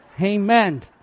Amen